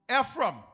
Ephraim